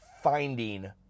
finding